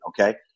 okay